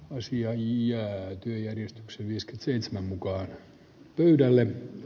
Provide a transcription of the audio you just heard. aasian ja yhdistyksen viiskytseitsemän mukaan pöydälle